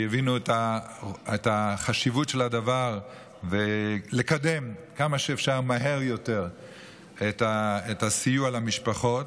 שהבינו את החשיבות של הדבר ולקדם כמה שאפשר מהר יותר את הסיוע למשפחות,